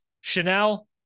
chanel